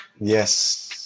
Yes